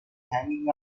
hanging